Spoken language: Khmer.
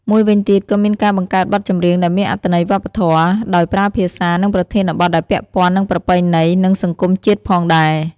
មួយវិញទៀតក៏មានការបង្កើតបទចម្រៀងដែលមានអត្ថន័យវប្បធម៌ ដោយប្រើភាសា និងប្រធានបទដែលពាក់ព័ន្ធនឹងប្រពៃណី និងសង្គមជាតិផងដែរ។